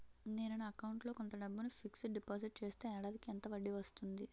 నేను నా అకౌంట్ లో కొంత డబ్బును ఫిక్సడ్ డెపోసిట్ చేస్తే ఏడాదికి ఎంత వడ్డీ వస్తుంది?